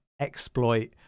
exploit